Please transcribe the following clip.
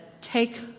take